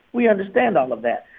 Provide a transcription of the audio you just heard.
we understand all of that.